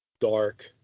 dark